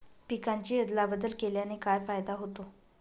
पिकांची अदला बदल केल्याने काय फायदा होतो?